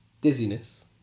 Dizziness